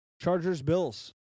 Chargers-Bills